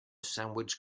sandwich